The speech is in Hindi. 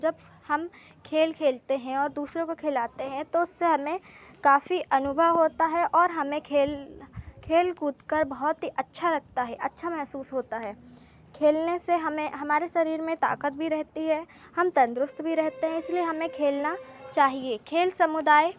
जब हम खेल खेलते हैं और दूसरों को खेलाते हैं तो उससे हमें काफ़ी अनुभव होता है और हमें खेल खेल कूदकर बहुत ही अच्छा लगता है अच्छा महसूस होता है खेलने से हमें हमारे शरीर में ताकत भी रहती है हम तंदरुस्त भी रहते हैं इसलिए हमें खेलना चाहिए खेल समुदाय